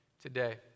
today